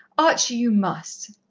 archie, you must!